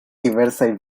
diversaj